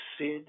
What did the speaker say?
Sid